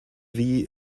wie